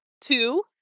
two